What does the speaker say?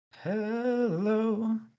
Hello